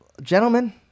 gentlemen